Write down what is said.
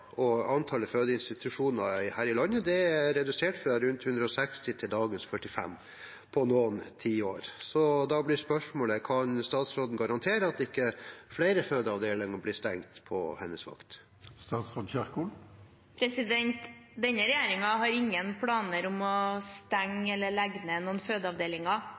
og antallet fødeinstitusjoner her i landet er redusert fra rundt 160 til dagens 45 på noen tiår. Så da blir spørsmålet: Kan statsråden garantere at ikke flere fødeavdelinger blir stengt på hennes vakt? Denne regjeringen har ingen planer om å stenge eller legge ned noen fødeavdelinger.